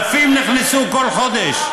אז לא היו 40,000. אלפים נכנסו בכל חודש.